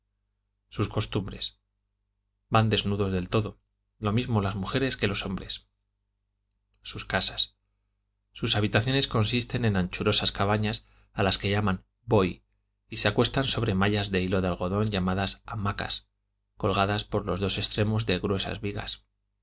sus costumbres van desnudos del todo lo mismo las mujeres que los hombres sus casas sus habitaciones consisten en anchurosas cabanas a las que llaman boi y se acuestan sobre mallas de hilo de algodón llamadas hamacas colgadas por los dos extremos de gruesas vigas